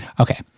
Okay